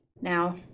now